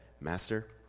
Master